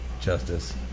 justice